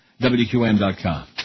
WQM.com